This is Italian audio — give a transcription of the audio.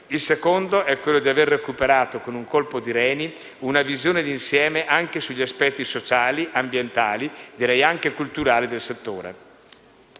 Il secondo è quello d'aver recuperato, con un colpo di reni, una visione d'insieme anche sugli aspetti sociali, ambientali, direi anche culturali, del settore.